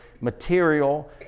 material